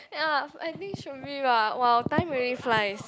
ya I think should be bah !wow! time really flies